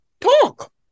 talk